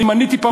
אני מניתי פעם,